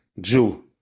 Jew